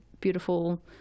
beautiful